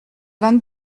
vingt